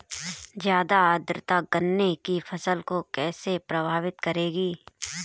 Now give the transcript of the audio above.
ज़्यादा आर्द्रता गन्ने की फसल को कैसे प्रभावित करेगी?